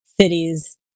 Cities